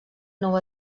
nou